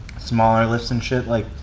smaller lifts and shit. like,